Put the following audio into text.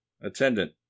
Attendant